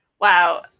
wow